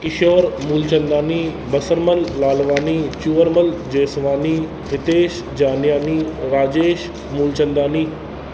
Kishore Moolchandani Basarmal Lalwani Chuharmal Jeswani Hitesh Janiyani Rajesh Moolchandani